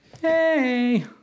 hey